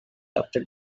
after